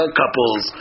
couples